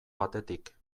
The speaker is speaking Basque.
batetik